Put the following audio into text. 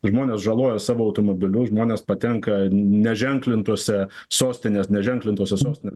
žmonės žaloja savo automobilius žmonės patenka neženklintose sostinės neženklintose sostinės